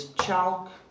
Chalk